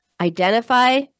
identify